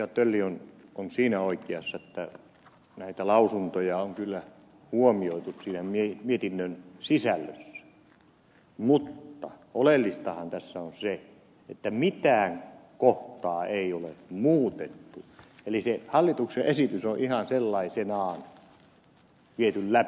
tölli on siinä oikeassa että näitä lausuntoja on kyllä huomioitu mietinnön sisällössä mutta oleellistahan tässä on se että mitään kohtaa ei ole muutettu eli hallituksen esitys on ihan sellaisenaan viety läpi